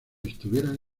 estuvieran